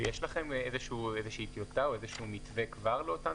יש לכם כבר איזושהי טיוטה או איזשהו מתווה לאותן